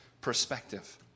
perspective